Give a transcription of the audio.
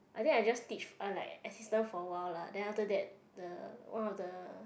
I think I just teach I like assistant for a while lah then after that the one of the